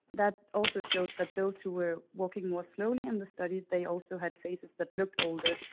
that also showed that those who were walking more slowly in the study, they also had faces that looked older.